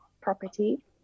property